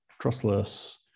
trustless